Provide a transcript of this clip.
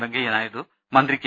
വെങ്കയ്യ നായിഡു മന്ത്രി കെ